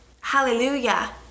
hallelujah